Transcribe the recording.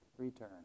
return